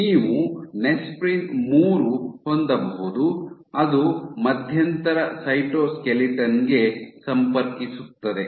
ನೀವು ನೆಸ್ಪ್ರಿನ್ ಮೂರು ಹೊಂದಬಹುದು ಅದು ಮಧ್ಯಂತರ ಸೈಟೋಸ್ಕೆಲಿಟನ್ ಗೆ ಸಂಪರ್ಕಿಸುತ್ತದೆ